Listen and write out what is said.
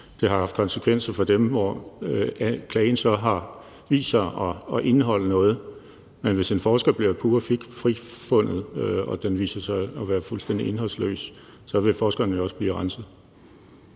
det har haft konsekvenser for dem, hvor klagen så har vist sig at indeholde noget. Men hvis en forsker bliver pure frifundet og klagen viser sig at være fuldstændig indholdsløs, så vil forskeren jo også blive renset.